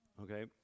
okay